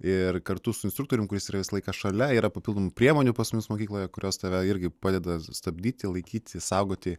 ir kartu su instruktorium kuris visą laiką šalia yra papildomų priemonių pas mus mokykloje kurios tave irgi padeda stabdyti laikyti saugoti